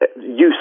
use